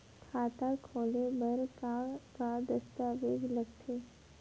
खाता खोले बर का का दस्तावेज लगथे?